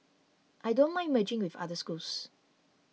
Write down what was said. I don't mind merging with other schools